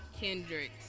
Kendrick's